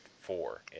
four